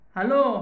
Hello